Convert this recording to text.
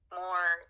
more